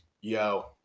yo